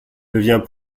devient